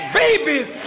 babies